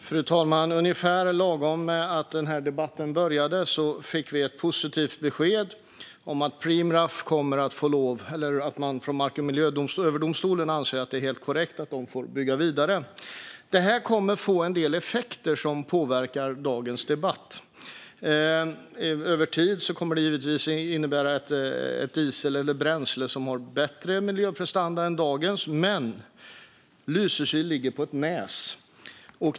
Fru talman! Lagom till att den här debatten började fick vi ett positivt besked om att Mark och miljööverdomstolen anser att det är helt korrekt att Preemraff får bygga vidare. Det kommer att leda till en del effekter som påverkar dagens debatt. Över tid kommer det givetvis att innebära att vi får diesel eller bränsle som har bättre miljöprestanda än dagens. Men Lysekil ligger på ett näs.